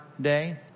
day